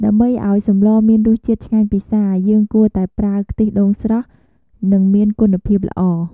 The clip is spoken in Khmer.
ដើម្បីឱ្យសម្លមានរសជាតិឆ្ងាញ់ពិសា យើងគួរតែប្រើ ខ្ទិះដូងស្រស់ និងមានគុណភាពល្អ។